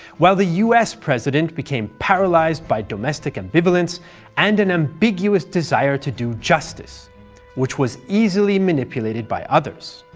while the us president became paralysed by domestic ambivalence and an ambiguous desire to do justice which was easily manipulated by others.